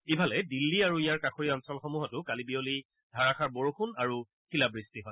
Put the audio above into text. ইফালে দিল্লী আৰু ইয়াৰ কাষৰীয়া অঞ্চলসমূহতো কালি বিয়লি ধাৰাসাৰ বৰষূণ আৰু শিলাবৃষ্টি হয়